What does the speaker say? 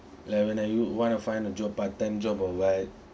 like when you want to find a job part time job or what